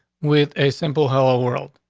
with a simple hello world?